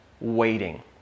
waiting